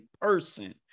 person